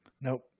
nope